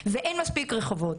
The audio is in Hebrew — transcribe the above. ואין מספיק רחובות,